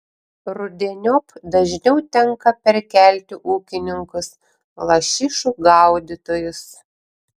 rudeniop dažniau tenka perkelti ūkininkus lašišų gaudytojus